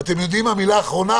ואתם יודעים מה המילה האחרונה?